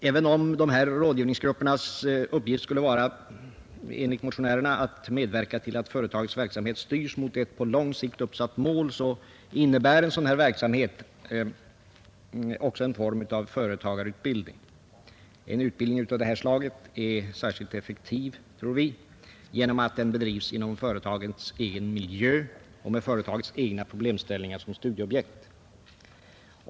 Även om rådgivningsgruppernas uppgift enligt motionärerna skall vara att medverka till att företagens verksamhet styrs mot ett på lång sikt uppsatt mål, innebär en sådan här verksamhet också en form av företagarutbildning. En utbildning av det slaget är särskilt effektiv, tror vi, genom att den bedrivs inom företagets egen miljö och med företagets egna problemställningar som studieobjekt.